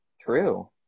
true